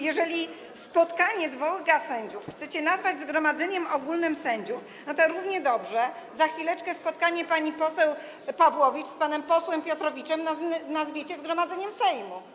Jeżeli spotkanie dwojga sędziów chcecie nazwać zgromadzeniem ogólnym sędziów, to równie dobrze za chwileczkę spotkanie pani poseł Pawłowicz z panem posłem Piotrowiczem nazwiecie zgromadzeniem Sejmu.